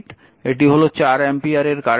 এটি হল 4 অ্যাম্পিয়ারের কারেন্ট সোর্স